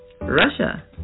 Russia